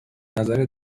نظر